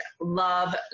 love